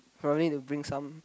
probably need to bring some